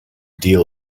deal